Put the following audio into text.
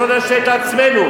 שלא נשלה את עצמנו,